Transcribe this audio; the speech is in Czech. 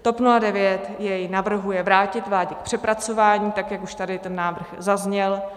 TOP 09 jej navrhuje vrátit vládě k přepracování, tak jak už tady ten návrh zazněl.